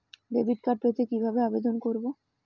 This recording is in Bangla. ডেবিট কার্ড পেতে কিভাবে আবেদন করব?